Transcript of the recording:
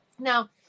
Now